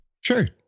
Sure